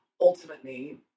Ultimately